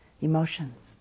emotions